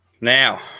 Now